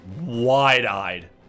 wide-eyed